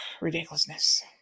ridiculousness